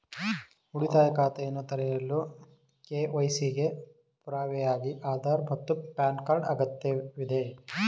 ಉಳಿತಾಯ ಖಾತೆಯನ್ನು ತೆರೆಯಲು ಕೆ.ವೈ.ಸಿ ಗೆ ಪುರಾವೆಯಾಗಿ ಆಧಾರ್ ಮತ್ತು ಪ್ಯಾನ್ ಕಾರ್ಡ್ ಅಗತ್ಯವಿದೆ